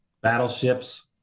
battleships